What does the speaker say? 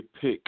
pick